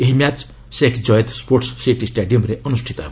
ଏହି match Sheikh Kayed sports city ଷ୍ଟାଡିୟମ୍ରେ ଅନୁଷ୍ଠିତ ହେବ